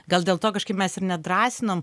gal dėl to kažkaip mes ir nedrąsinam